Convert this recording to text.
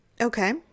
Okay